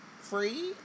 free